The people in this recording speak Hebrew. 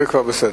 זה כבר בסדר.